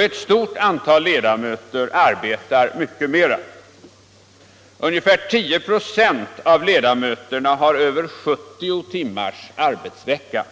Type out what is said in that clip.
Ett stort antal ledamöter arbetar mycket mera. Ungefär 10 procent av ledamöterna har över 70 timmars arbetsvecka.